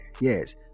yes